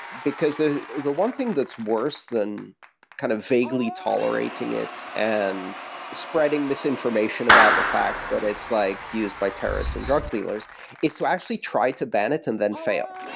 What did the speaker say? because the the one thing that's worse than kind of vaguely tolerating it and spreading misinformation about the fact that it's like used by terrorists and drug dealers is to actually try to ban it and then fail.